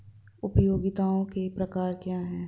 उपयोगिताओं के प्रकार क्या हैं?